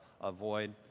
Avoid